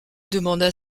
demanda